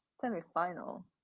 semi-final